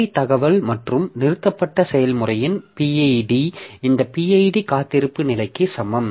நிலை தகவல் மற்றும் நிறுத்தப்பட்ட செயல்முறையின் pid இந்த pid காத்திருப்பு நிலைக்கு சமம்